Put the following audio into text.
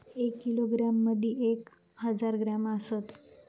एक किलोग्रॅम मदि एक हजार ग्रॅम असात